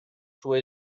sua